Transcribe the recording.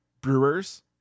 Brewers